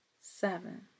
seven